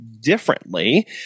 differently